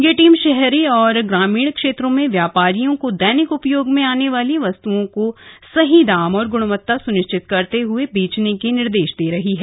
यह टीम शहरी और ग्रामीण क्षेत्रों में व्यापारियों को दैनिक उपयोग में आने वाली वस्त्ओं को सही दाम और ग्णवता स्निश्चित करते हुए बेचने के निर्देश दे रही है